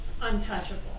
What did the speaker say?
untouchable